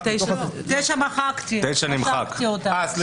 מחקתי את 9. שוב,